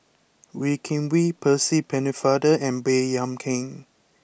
Wee Kim Wee Percy Pennefather and Baey Yam Keng